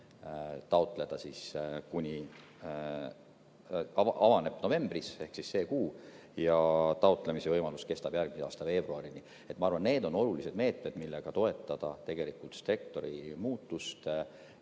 ja mis avaneb novembris ehk siis sel kuul ja taotlemise võimalus kestab järgmise aasta veebruarini. Ma arvan, et need on olulised meetmed, millega toetada sektori muutust